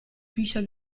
bücher